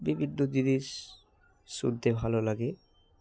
বিভিন্ন জিনিস শুনতে ভালো লাগে